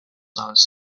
zones